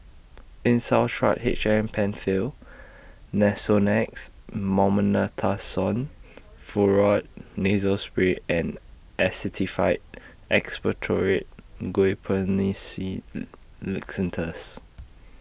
H M PenFill Nasonex Furoate Nasal Spray and Actified Expectorant Guaiphenesin Linctus